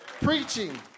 preaching